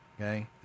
Okay